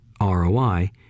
roi